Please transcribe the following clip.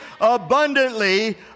abundantly